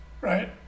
right